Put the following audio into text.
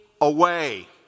away